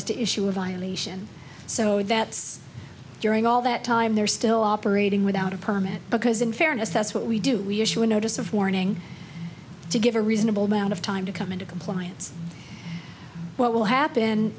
as to issue a violation so that's during all that time they're still operating without a permit because in fairness that's what we do we issue a notice of warning to give a reasonable amount of time to come into compliance what will happen